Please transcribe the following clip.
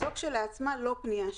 זאת כשלעצמה לא פניה שיווקית.